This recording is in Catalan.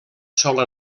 sola